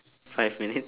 five minutes